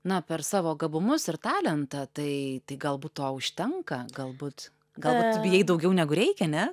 na per savo gabumus ir talentą tai galbūt to užtenka galbūt galbūt bijai daugiau negu reikia ne